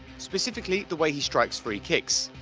specifically the way he strikes free-kicks.